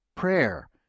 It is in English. prayer